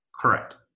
correct